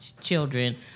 children